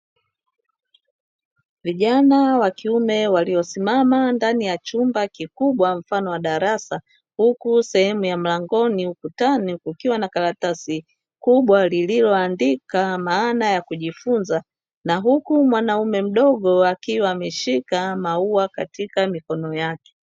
Vijana wa kiume waliosimama ndani ya chumba kikubwa mfano wa darasa, huku sehemu ya mlangoni ukutani kukiwa na karatasi kubwa lililoandika maana ya kujifunza na huku mwanaume mdogo akiwa ameshika maua katika mikono yake.